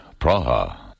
Praha